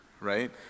Right